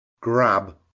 grab